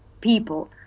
people